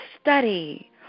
study